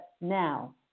now